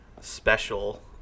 special